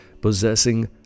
Possessing